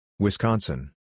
Wisconsin